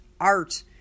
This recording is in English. Art